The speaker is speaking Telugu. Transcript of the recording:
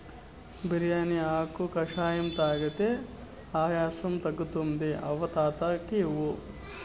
బిర్యానీ ఆకు కషాయం తాగితే ఆయాసం తగ్గుతుంది అవ్వ తాత కియి